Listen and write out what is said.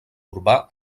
urbà